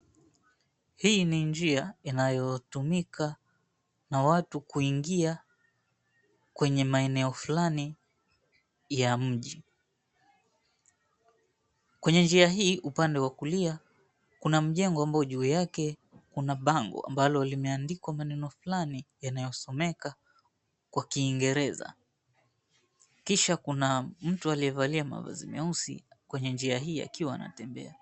Hii ni njia inayotumika na watu kuingia kwenye maeneo fulani ya mji. Kwenye njia hii upande wa kulia, kuna mjengo ambao juu yake kuna bango ambalo limeandikwa maneno fulani yanayosomeka kwa kiingereza. Kisha kuna mtu aliyevalia mavazi meusi kwenye njia hii akiwa anatembea.